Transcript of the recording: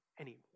anymore